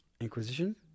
Inquisition